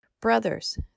Brothers